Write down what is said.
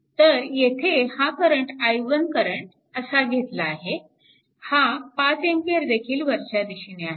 तर येथे हा करंट i1 करंट असा घेतला आहे हा 5 A देखील वरच्या दिशेने आहे